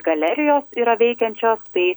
galerijos yra veikiančios tai